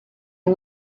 yng